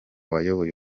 wayoboye